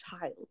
child